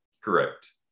Correct